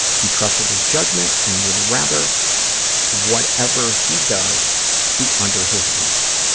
he trusted his judgment and would rather whatever he does be under his roof.